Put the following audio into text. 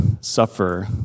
suffer